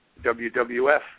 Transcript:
WWF